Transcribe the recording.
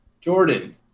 Jordan